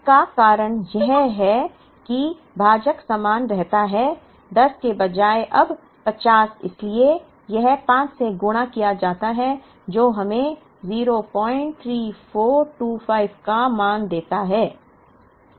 इसका कारण यह है कि भाजक समान रहता है 10 के बजाय अब 50 इसलिए यह 5 से गुणा किया जाता है जो हमें 03425 का मान देता है